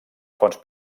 fonts